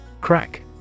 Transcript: Crack